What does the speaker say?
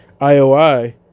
IOI